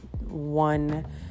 one